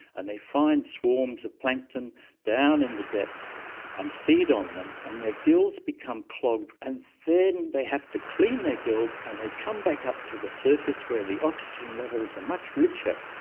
and they find swarms of plankton down in the depths and feed on them, and their gills become clogged, and then they have to clean their gills and they come back up to the surface where the oxygen levels are much richer,